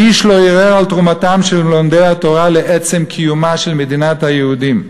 איש לא ערער על תרומתם של לומדי התורה לעצם קיומה של מדינת היהודים.